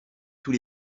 tous